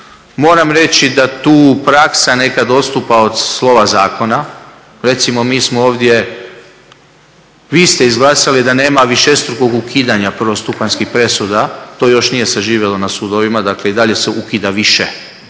Moram reći da tu praksa nekad odstupa od slova zakona. Recimo, mi smo ovdje, vi ste izglasali da nema višestrukog ukidanja prvostupanjskih presuda. To još nije saživjelo na sudovima. Dakle, i dalje se ukida više